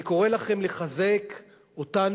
אני קורא לכם לחזק אותנו,